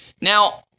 now